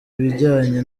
ibijyanye